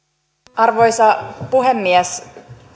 arvoisa puhemies